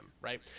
Right